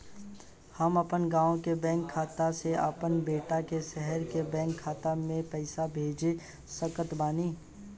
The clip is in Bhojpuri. हम अपना गाँव के बैंक खाता से अपना बेटा के शहर के बैंक खाता मे पैसा कैसे भेज सकत बानी?